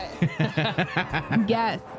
Yes